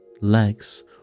legs